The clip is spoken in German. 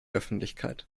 öffentlichkeit